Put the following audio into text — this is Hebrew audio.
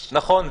נכון.